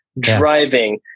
driving